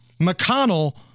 McConnell